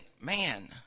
man